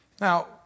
Now